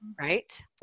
Right